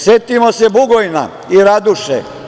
Setimo se Bugojna i Raduše.